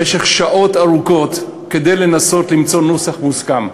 במשך שעות ארוכות כדי לנסות למצוא נוסח מוסכם.